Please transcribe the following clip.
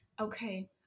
okay